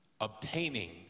obtaining